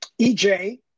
EJ